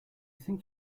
think